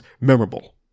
memorable